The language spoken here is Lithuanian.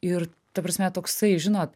ir ta prasme toksai žinot